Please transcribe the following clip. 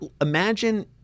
imagine